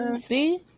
See